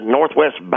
Northwest